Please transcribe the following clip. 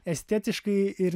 estetiškai ir